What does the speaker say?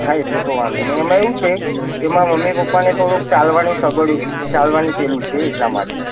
હા એ તો તો વાંધો નહીં એમાં એવું છે મારાં મમ્મી પપ્પાને થોડુંક ચાલવાની સગવડ ચાલવાની પેલું છે એટલાં માટે